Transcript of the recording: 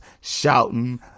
shouting